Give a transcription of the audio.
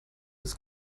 ist